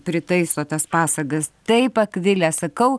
pritaiso tas pasagas taip akvile sakau